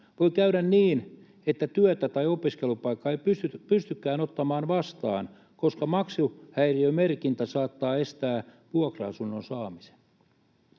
voi käydä niin, että työtä tai opiskelupaikkaa ei pystykään ottamaan vastaan, koska maksuhäiriömerkintä saattaa estää vuokra-asunnon saamisen.